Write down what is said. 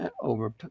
over